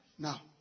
Now